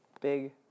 big